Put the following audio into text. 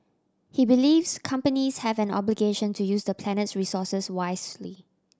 he believes companies have an obligation to use the planet's resources wisely